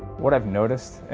what i've noticed, and